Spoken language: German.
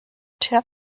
tja